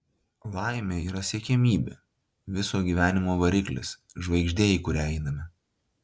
laimė yra siekiamybė viso gyvenimo variklis žvaigždė į kurią einame